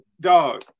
Dog